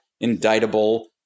indictable